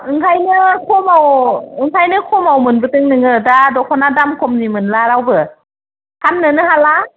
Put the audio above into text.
ओंखायनो खमाव ओंखायनो खमाव मोनबोदों नोङो दा दख'ना दाम खमनि मोनला रावबो फाननो नो हाला